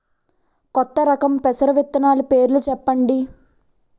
కొత్త రకం పెసర విత్తనాలు పేర్లు చెప్పండి?